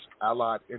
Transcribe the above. Allied